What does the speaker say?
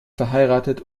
verheiratet